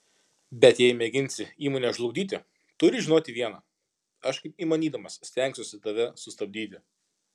bet jei mėginsi įmonę žlugdyti turi žinoti viena aš kaip įmanydamas stengsiuosi tave sustabdyti